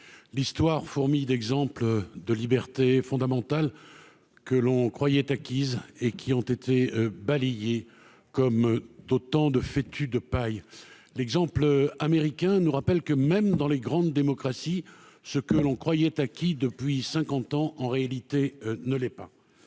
l'Histoire fourmille d'exemples de libertés fondamentales que l'on croyait acquises et qui ont été balayées comme des fétus de paille. Le cas américain nous rappelle que, même dans les grandes démocraties, ce que l'on croyait acquis depuis cinquante ans ne l'est pas